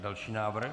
Další návrh.